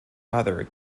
other